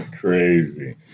Crazy